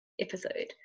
episode